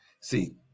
see